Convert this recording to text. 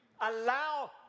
allow